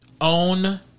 own